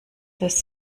des